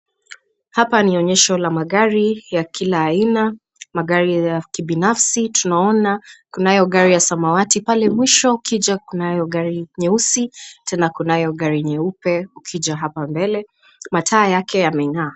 Hapa ni onyesho la magari ya kila aina. Magari ya kibinafsi tunaona kunayo gari ya samawati pale mwisho ukija kunayo gari nyeusi tena kunayo gari nyeupe ukija hapa mbele. Mataa yake yameng'aa.